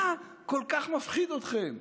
מה כל כך מפחיד אתכם,